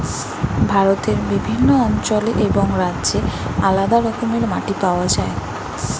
ভারতের বিভিন্ন অঞ্চলে এবং রাজ্যে আলাদা রকমের মাটি পাওয়া যায়